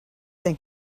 think